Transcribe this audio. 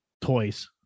toys